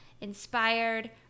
inspired